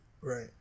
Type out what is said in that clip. Right